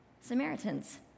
Samaritans